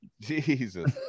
Jesus